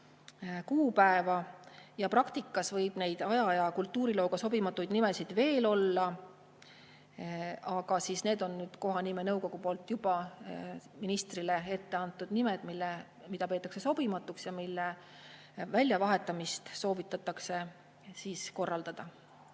tähtpäeva. Ja neid meie aja- ja kultuurilooga sobimatuid nimesid võib veel olla. Aga need on kohanimenõukogu poolt juba ministrile ette antud nimed, mida peetakse sobimatuks ja mille väljavahetamist soovitatakse korraldada.